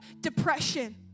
depression